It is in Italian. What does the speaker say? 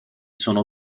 sono